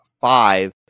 five